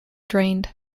drained